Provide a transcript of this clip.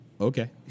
Okay